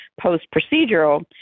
post-procedural